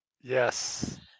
Yes